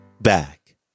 back